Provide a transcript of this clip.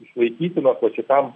išlaikytinos vat šitam